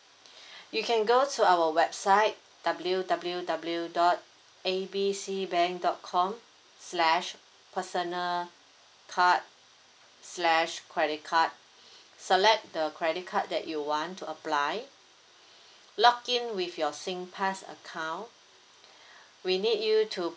you can go to our website W W W dot A B C bank dot com slash personal card slash credit card select the credit card that you want to apply log in with your sing pass account we need you to